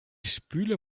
spüle